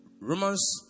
Romans